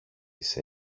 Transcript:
της